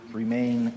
remain